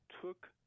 took